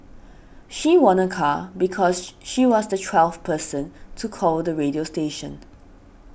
she won a car because she was the twelfth person to call the radio station